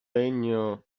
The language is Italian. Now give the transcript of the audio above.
legno